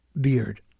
beard